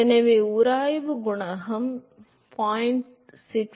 எனவே உராய்வு குணகம் 0